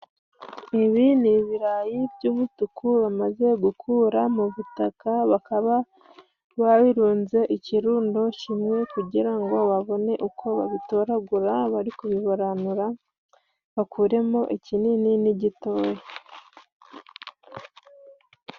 Ibi ni ibirayi by'umutuku bamaze gukura mu butaka bakaba babirunze ikirundo kimwe kugira ngo babone uko babitoragura bari kubirobanura bakuremo ikinini n'igitoya.